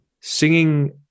singing